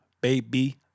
baby